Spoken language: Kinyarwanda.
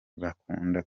bakunda